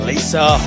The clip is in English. Lisa